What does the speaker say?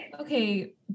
okay